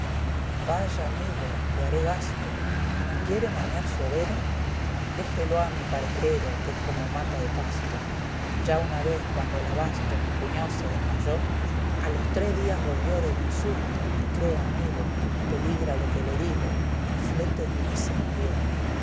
vaya amigo le haré gasto no quiere maniar su overo déjelo a mi parejero que es como mata de pasto ya una vez cuando el abasto mi cuñao se desmayó a los tres días volvió del insulto y crea amigo peligra lo que le digo el flete ni se movió a